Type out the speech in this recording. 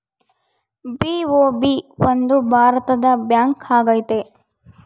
BOB ಒಂದು ಭಾರತದ bank ಆಗೈತೆ